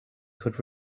could